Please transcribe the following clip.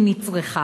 אם היא צריכה,